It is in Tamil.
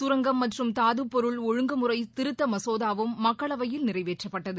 கரங்கம் மற்றும் தாதுப்பொருள் ஒழுங்குமுறை திருத்த மசோதாவும் மக்களவையில் நிறைவேறப்பட்டது